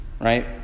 Right